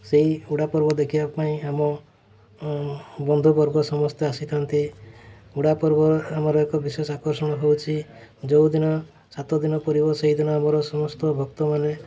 ସେହି ଉଡ଼ା ପର୍ବ ଦେଖିବା ପାଇଁ ଆମ ବନ୍ଧୁବର୍ଗ ସମସ୍ତେ ଆସିଥାନ୍ତି ଉଡ଼ା ପର୍ବ ଆମର ଏକ ବିଶେଷ ଆକର୍ଷଣ ହେଉଛି ଯେଉଁ ଦିନ ସାତ ଦିନ ପୁରିବ ସେହି ଦିନ ଆମର ସମସ୍ତ ଭକ୍ତମାନେ